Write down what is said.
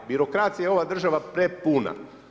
Birokracije je ova država prepuna.